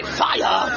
fire